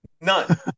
None